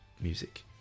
music